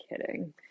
kidding